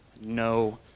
no